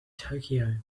tokyo